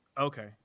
Okay